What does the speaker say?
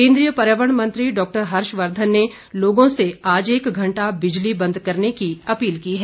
केन्द्रीय पर्यावरण मंत्री डॉक्टर हर्ष वर्धन ने लोगों से आज एक घंटा बिजली बंद करने की अपील की है